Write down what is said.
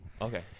Okay